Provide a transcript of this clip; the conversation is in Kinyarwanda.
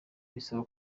bisaba